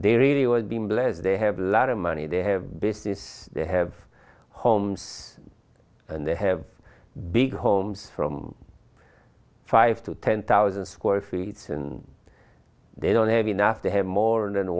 they really were being led they have a lot of money they have business they have homes and they have big homes from five to ten thousand square feet soon they don't have enough to have more than